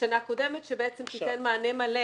בשנה קודמת, מה שבעצם ייתן מענה מלא